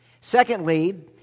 Secondly